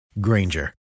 Granger